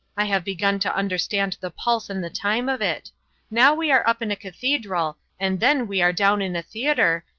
i have begun to understand the pulse and the time of it now we are up in a cathedral and then we are down in a theatre,